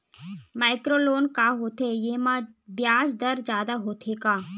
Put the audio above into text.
Micro loan का होथे येमा ब्याज दर जादा होथे का?